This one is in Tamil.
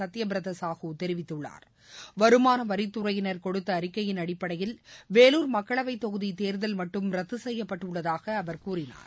சத்யபிரதசாஹூ தெரிவித்துள்ளார் வருமானவரித்துறையினர் கொடுத்தஅறிக்கையின் அடிப்படையில் வேலூர் மக்களவைத் தொகுதிதேர்தல் மட்டும் ரத்துசெய்யப்பட்டுள்ளதாகஅவர் கூறினார்